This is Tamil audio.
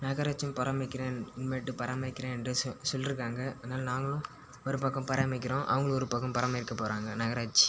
நகராட்சியும் பராமரிக்கிறேன் இனிமேட்டு பராமரிக்கிறேன் என்று சொ சொல்லிருக்காங்க அதனால் நாங்களும் ஒரு பக்கம் பராமரிக்கிறோம் அவங்களும் ஒரு பக்கம் பராமரிக்கப் போகிறாங்க நகராட்சி